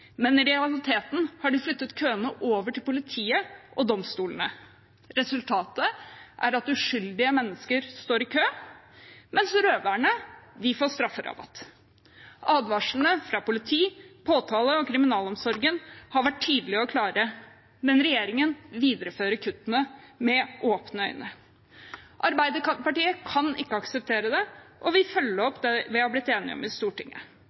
men i realiteten har de flyttet køene over til politiet og domstolene. Resultatet er at uskyldige mennesker står i kø, mens røverne får strafferabatt. Advarslene fra politiet, påtalemyndigheten og kriminalomsorgen har vært tydelige og klare, men regjeringen viderefører kuttene med åpne øyne. Arbeiderpartiet kan ikke akseptere det, og vi følger opp det vi har blitt enige om i Stortinget.